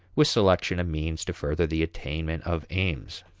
with selection of means to further the attainment of aims.